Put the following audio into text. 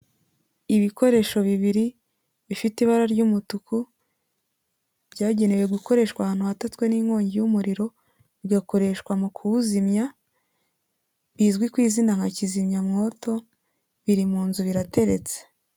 Ibikoresho bibiri bifite ibara ry'umutuku, byagenewe gukoreshwa ahantu hatutswe n'inkongi y'umuriro bigakoreshwa mu kuwuzimya, bizwi ku izina nka kizimyamwoto biri mu nzu birateretse.